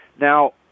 Now